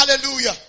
Hallelujah